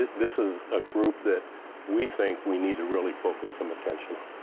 this is a group that we think we need to really focus some attention on.